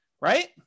right